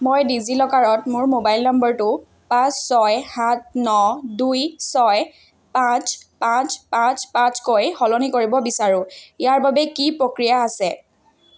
মই ডিজি লকাৰত মোৰ মোবাইল নম্বৰটো পাঁচ ছয় সাত ন দুই ছয় পাঁচ পাঁচ পাঁচ পাঁচকৈ সলনি কৰিব বিচাৰোঁ ইয়াৰ বাবে কি প্ৰক্ৰিয়া আছে